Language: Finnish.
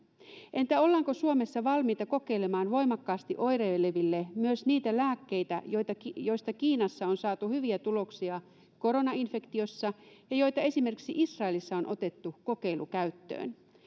entä ollaanko suomessa valmiita kokeilemaan voimakkaasti oireileville myös niitä lääkkeitä joista kiinassa on saatu hyviä tuloksia koronainfektiossa ja joita esimerkiksi israelissa on otettu kokeilukäyttöön